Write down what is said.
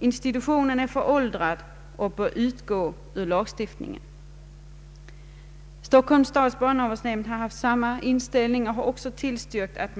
Institutionen är föråldrad och bör utgå ur lagstiftningen.” Stockholms stads barnavårdsnämnd har haft samma inställning och har också tillstyrkt att